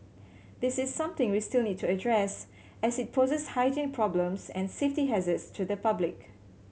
this is something we still need to address as it poses hygiene problems and safety hazards to the public